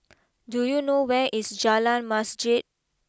do you know where is Jalan Masjid